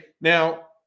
Now